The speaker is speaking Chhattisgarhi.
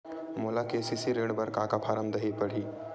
मोला के.सी.सी ऋण बर का का फारम दही बर?